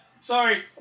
sorry